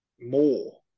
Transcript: more